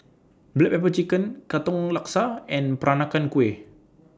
Black Pepper Chicken Katong Laksa and Peranakan Kueh